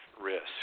risk